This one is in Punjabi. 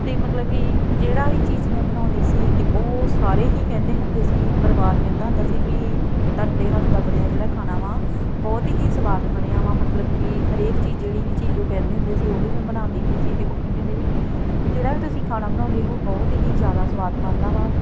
ਅਤੇ ਮਤਲਬ ਕਿ ਜਿਹੜਾ ਵੀ ਚੀਜ਼ ਮੈਂ ਬਣਾਉਂਦੀ ਸੀ ਅਤੇ ਉਹ ਸਾਰੇ ਹੀ ਕਹਿੰਦੇ ਹੁੰਦੇ ਸੀ ਪਰਿਵਾਰ ਕਹਿੰਦਾ ਹੁੰਦਾ ਸੀ ਵੀ ਤੁਹਾਡੇ ਹੱਥ ਦਾ ਬਣਿਆ ਜਿਹੜਾ ਖਾਣਾ ਵਾ ਬਹੁਤ ਹੀ ਸਵਾਦ ਬਣਿਆ ਵਾ ਮਤਲਬ ਕਿ ਹਰੇਕ ਚੀਜ਼ ਜਿਹੜੀ ਵੀ ਚੀਜ਼ ਉਹ ਕਹਿੰਦੇ ਹੁੰਦੇ ਸੀ ਉਹ ਵੀ ਮੈਂ ਬਣਾਉਂਦੀ ਹੁੰਦੀ ਸੀ ਵੀ ਉਹ ਕਹਿੰਦੇ ਹੁੰਦੇ ਵੀ ਜਿਹੜਾ ਵੀ ਤੁਸੀਂ ਖਾਣਾ ਬਣਾਉਂਦੇ ਹੋ ਬਹੁਤ ਹੀ ਜ਼ਿਆਦਾ ਸਵਾਦ ਬਣਦਾ ਵਾ